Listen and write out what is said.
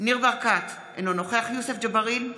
ניר ברקת, אינו נוכח יוסף ג'בארין,